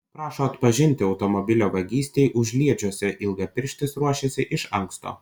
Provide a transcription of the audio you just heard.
prašo atpažinti automobilio vagystei užliedžiuose ilgapirštis ruošėsi iš anksto